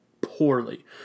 poorly